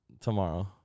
Tomorrow